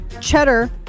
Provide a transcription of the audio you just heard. Cheddar